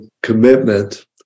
commitment